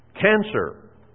Cancer